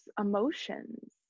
emotions